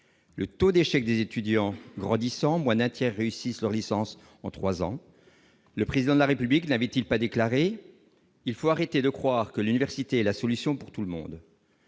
Le taux d'échec des étudiants grandissant- ils sont moins d'un tiers à réussir leur licence en trois ans -, le Président de la République n'a-t-il pas déclaré :« Il faut arrêter de croire que l'université est la solution pour tout le monde »